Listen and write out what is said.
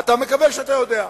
אתה מקווה שאתה יודע.